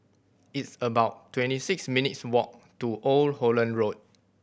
it's about twenty six minutes' walk to Old Holland Road